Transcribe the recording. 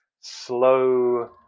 slow